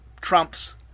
Trump's